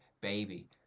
Baby